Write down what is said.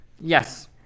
Yes